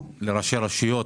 לראשי רשויות,